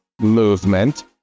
movement